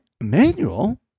Emmanuel